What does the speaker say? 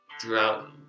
throughout